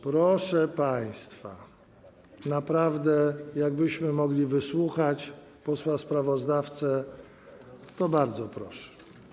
Proszę państwa, naprawdę, jakbyśmy mogli wysłuchać posła sprawozdawcy, to bardzo proszę.